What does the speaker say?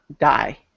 die